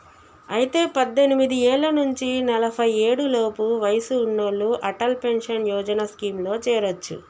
అయితే పద్దెనిమిది ఏళ్ల నుంచి నలఫై ఏడు లోపు వయసు ఉన్నోళ్లు అటల్ పెన్షన్ యోజన స్కీమ్ లో చేరొచ్చు